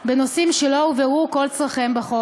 בנושאים שלא הובהרו כל צורכם בחוק.